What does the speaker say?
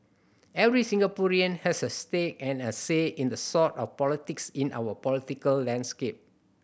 every Singaporean has a stake and a say in the sort of politics in our political landscape